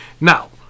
Now